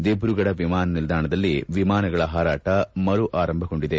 ದಿಬ್ರುಗಢ ವಿಮಾನ ನಿಲ್ದಾಣದಲ್ಲಿ ವಿಮಾನಗಳ ಹಾರಾಟ ಮರು ಆರಂಭವಾಗಿದೆ